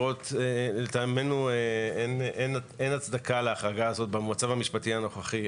לטעמנו אין הצדקה להחרגה הזאת במצב המשפטי הנוכחי,